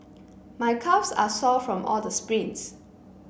my calves are sore from all the sprints